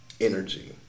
energy